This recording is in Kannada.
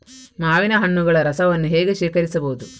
ಮಾವಿನ ಹಣ್ಣುಗಳ ರಸವನ್ನು ಹೇಗೆ ಶೇಖರಿಸಬಹುದು?